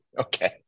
Okay